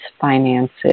finances